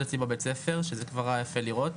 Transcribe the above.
וזה היה יפה לראות,